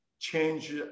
Change